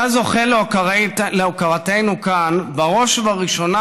אתה זוכה להוקרתנו כאן בראש ובראשונה